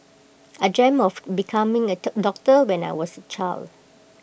I dreamt of becoming A dot doctor when I was A child